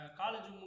college